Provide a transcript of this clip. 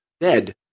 dead